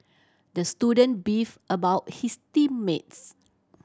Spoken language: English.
the student beefed about his team mates